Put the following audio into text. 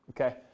okay